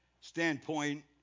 standpoint